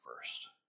first